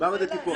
ועמדתי פה.